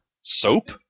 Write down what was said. Soap